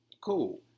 cool